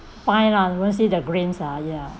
fine lah you won't see the grains lah ya